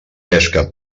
pesca